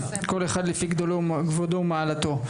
כל אחד לפי כבודו ומעלתו.